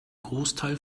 großteil